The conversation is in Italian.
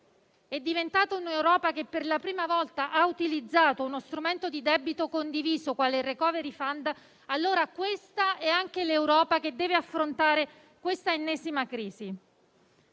e dell'ambiente e che per la prima volta ha utilizzato uno strumento di debito condiviso quale il *recovery fund*, allora questa è anche l'Europa che deve affrontare quest'ennesima crisi.